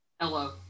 Hello